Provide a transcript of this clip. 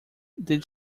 did